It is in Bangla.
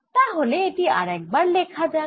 তাহলে এটি আরেকবার লেখা যাক